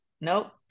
Nope